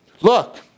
look